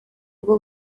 bwo